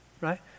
Right